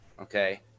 Okay